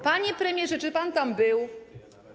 Panie premierze, czy pan tam był?